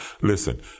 listen